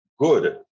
Good